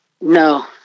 No